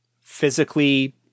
physically